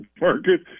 market